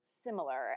similar